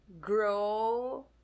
grow